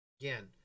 Again